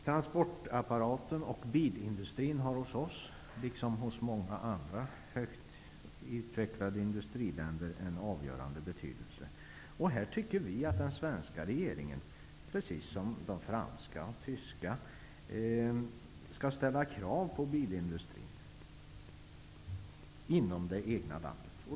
Transportapparaten och bilindustrin har hos oss liksom i många andra högt utvecklade industriländer en avgörande betydelse. Vi tycker att den svenska regeringen precis som de franska och tyska regeringarna skall ställa krav på bilindustrin inom det egna landet.